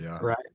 Right